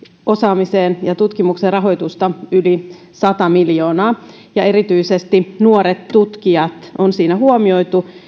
osaamiseen ja tutkimukseen saatiin rahoitusta yli sata miljoonaa erityisesti nuoret tutkijat on siinä huomioitu